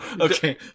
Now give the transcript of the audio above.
Okay